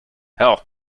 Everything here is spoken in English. hell